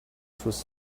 through